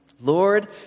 Lord